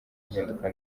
impinduka